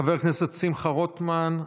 חבר הכנסת שמחה רוטמן,